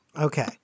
okay